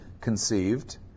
conceived